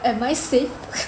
am I safe